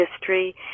history